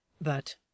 But—